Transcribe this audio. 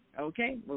Okay